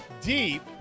deep